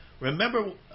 remember